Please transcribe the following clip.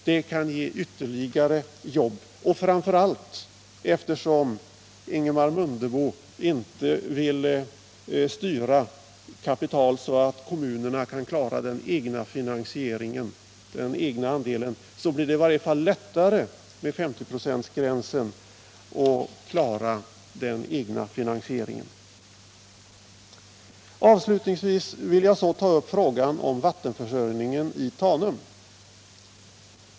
Det kan ge ytterligare jobb, och framför allt blir det — när Ingemar Mundebo inte vill styra kapital så att kommunerna kan klara den egna finansieringen — i varje fall lättare att klara den egna finansieringen med 50-procentsgränsen. Avslutningsvis vill jag ta upp frågan om vattenförsörjningen i Tanum.